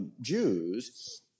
Jews –